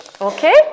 Okay